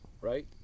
right